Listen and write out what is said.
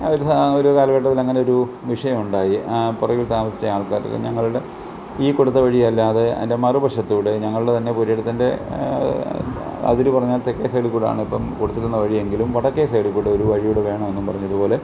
അതിൽ ഒരു കാലഘട്ടത്തിൽ അങ്ങനെ ഒരു വിഷയമുണ്ടായി പുറകിൽ താമസിച്ച ആൾക്കാർക്ക് ഞങ്ങളുടെ ഈ കൊടുത്ത വഴി അല്ലാതെ അതിന്റെ മറു വശത്തു കൂടെ ഞങ്ങളുടെ തന്നെ പുരയിടത്തിന്റെ അതിരു പറഞ്ഞാൽ തെക്കെ സൈഡിൽ കൂടെ ആണ് ഇപ്പം കൊടുത്തിരുന്ന വഴിയെങ്കിലും വടക്കെ സൈഡിൽ കൂടെ ഒരു വഴിയും കൂടെ വേണമെന്നും പറഞ്ഞു ഇതുപോലെ